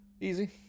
Easy